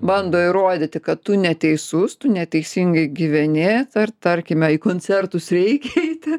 bando įrodyti kad tu neteisus tu neteisingai gyveni ar tarkime į koncertus reikia eiti